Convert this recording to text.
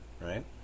right